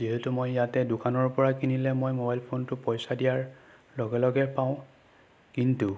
যিহেতু মই ইয়াতে দোকানৰ পৰা কিনিলে মই মোবাইল ফোনটো পইচা দিয়াৰ লগে লগে পাওঁ কিন্তু